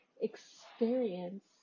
experience